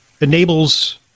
enables